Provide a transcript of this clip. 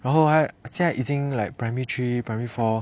然后他现在已经 like primary three primary four